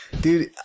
dude –